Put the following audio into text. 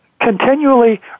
continually